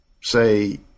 say